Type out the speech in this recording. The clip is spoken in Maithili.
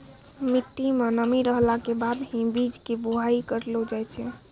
मिट्टी मं नमी रहला के बाद हीं बीज के बुआई करलो जाय छै